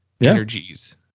energies